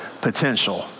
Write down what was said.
potential